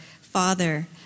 Father